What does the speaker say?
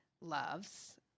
loves